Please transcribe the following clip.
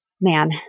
Man